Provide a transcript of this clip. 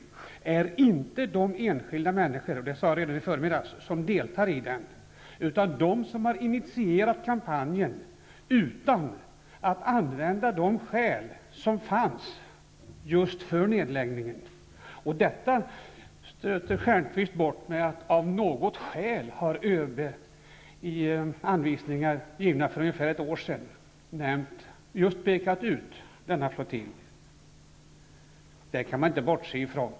Den gäller inte de enskilda människorna som deltar i kampanjen -- vilket jag sade redan i förmiddags -- utan det gäller dem som har initierat kampanjen utan att använda de skäl som fanns för nedläggningen. Detta stöter Stjernkvist bort genom att säga att ÖB av något skäl i anvisningar givna för ungefär ett år sedan pekat ut denna flottilj. Det kan man inte bortse från.